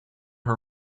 her